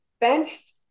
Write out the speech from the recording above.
benched